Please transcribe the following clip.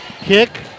Kick